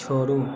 छोड़ू